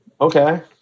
okay